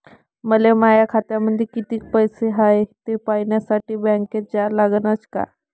मले माया खात्यामंदी कितीक पैसा हाय थे पायन्यासाठी बँकेत जा लागनच का?